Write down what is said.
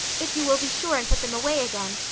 if you will be sure and put them away again.